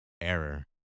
Error